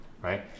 Right